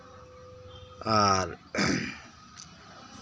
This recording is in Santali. ᱟᱨ